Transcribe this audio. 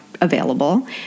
available